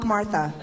Martha